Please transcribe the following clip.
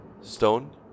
stone